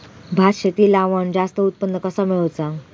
भात शेती लावण जास्त उत्पन्न कसा मेळवचा?